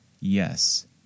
Yes